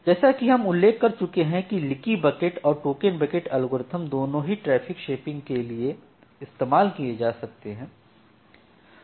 जैसा कि हम उल्लेख कर चुके हैं कि लीकी बकेट और टोकन बकेट एल्गोरिदम दोनों ही ट्रैफिक शेपिंग के लिए इस्तेमाल किया जा सकती है